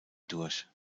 durch